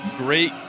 great